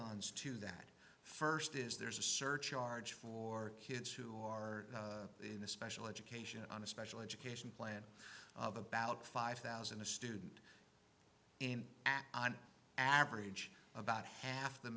ons to that first is there's a surcharge for kids who are in a special education on a special education plan of about five thousand a student in act on average about half the